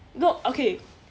no okay